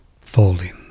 folding